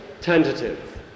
tentative